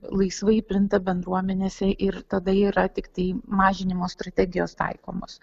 laisvai plinta bendruomenėse ir tada yra tiktai mažinimo strategijos taikomos